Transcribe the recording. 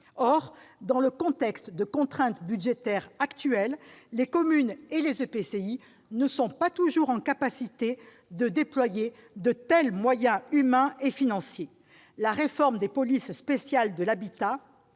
Or, dans le contexte actuel de contrainte budgétaire, les communes et les EPCI ne sont pas toujours en capacité de déployer de tels moyens humains et financiers. La réforme des polices spéciales de l'habitat